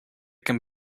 can